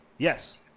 Yes